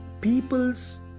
people's